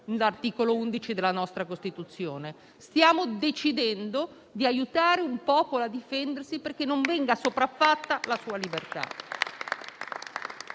l'articolo 11 della nostra Costituzione. Stiamo decidendo di aiutare un popolo a difendersi perché non venga sopraffatta la sua libertà.